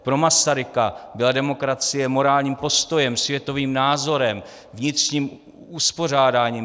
Pro Masaryka byla demokracie morálním postojem, světovým názorem, vnitřním uspořádáním.